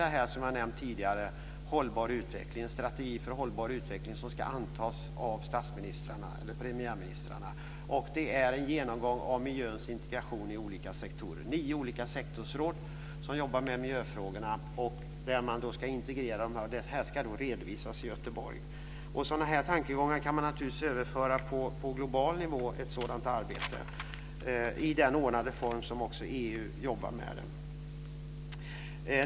Det är, som jag nämnt tidigare, en strategi för hållbar utveckling som ska antas av premiärministrarna och en genomgång av miljöns integration i olika sektorer. Det är nio olika sektorsråd som jobbar med miljöfrågorna som ska integreras, och det ska redovisas i Göteborg. Sådana här tankegångar kan man naturligtvis överföra på global nivå i ett sådant arbete, i den ordnade form som också EU jobbar med.